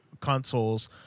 consoles